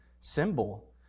symbol